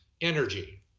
energy